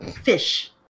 Fish